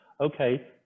Okay